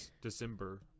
december